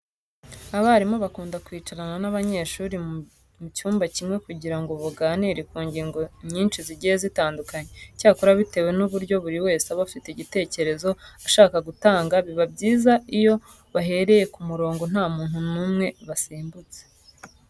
Abarimu bakunda kwicarana n'abanyeshuri mu cyumba kimwe kugira ngo baganire ku ngingo nyinshi zigiye zitandukanye. Icyakora bitewe n'uburyo buri wese aba afite igitekereza ashaka gutanga, biba byiza iyo bahereye ku murongo nta muntu n'umwe basimbutse.